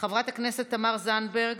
חברת הכנסת תמר זנדברג,